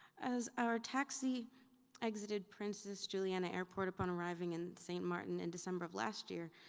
as our taxi exited princess juliana airport upon arriving in st. martin in december of last year,